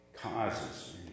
causes